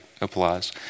applies